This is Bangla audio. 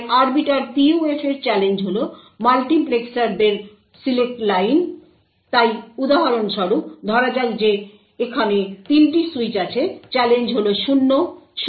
তাই আরবিটার PUF এর চ্যালেঞ্জ হল মাল্টিপ্লেক্সারদের সিলেক্ট লাইন তাই উদাহরণ স্বরূপ ধরা যাক যে এখানে 3টি সুইচ আছে চ্যালেঞ্জ হল 0 0 এবং 1